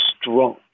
strong